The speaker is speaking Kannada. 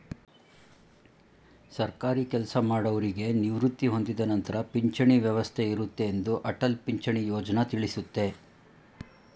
ಸರ್ಕಾರಿ ಕೆಲಸಮಾಡೌರಿಗೆ ನಿವೃತ್ತಿ ಹೊಂದಿದ ನಂತರ ಪಿಂಚಣಿ ವ್ಯವಸ್ಥೆ ಇರುತ್ತೆ ಎಂದು ಅಟಲ್ ಪಿಂಚಣಿ ಯೋಜ್ನ ತಿಳಿಸುತ್ತೆ